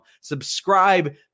Subscribe